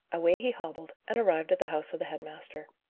away he hobbled, and arrived at the house of the head-master.